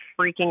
freaking